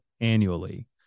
annually